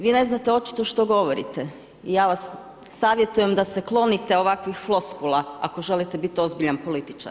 Vi ne znate očito što govorite, ja vas savjetujem da se klonite ovakvih floskula ako želite biti ozbiljan političar.